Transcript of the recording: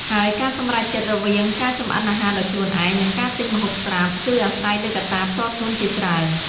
ហើយការសម្រេចចិត្តរវាងការចម្អិនអាហារដោយខ្លួនឯង និងការទិញម្ហូបស្រាប់ គឺអាស្រ័យលើកត្តាផ្ទាល់ខ្លួនជាច្រើន។